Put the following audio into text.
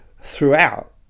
throughout